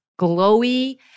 Glowy